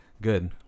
good